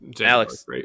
Alex